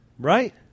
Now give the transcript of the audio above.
right